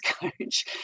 coach